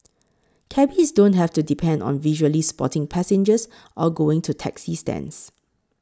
cabbies don't have to depend on visually spotting passengers or going to taxi stands